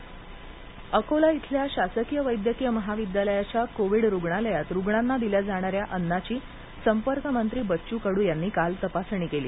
कड तपासणी अकोला अकोला इथल्या शासकीय वैद्यकीय महाविद्यालयाच्या कोविड रुग्णालयात रुग्णांना दिल्या जाणाऱ्या अन्नाची संपर्कमंत्री बच्चू कडू यांनी काल तपासणी केली